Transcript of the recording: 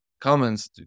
comments